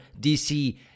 DC